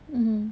mm